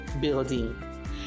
building